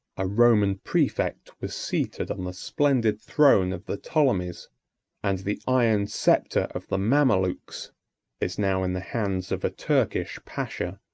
a roman praefect was seated on the splendid throne of the ptolemies and the iron sceptre of the mamelukes is now in the hands of a turkish pacha.